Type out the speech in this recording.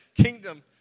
kingdom